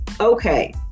Okay